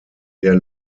der